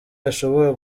ashobora